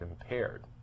impaired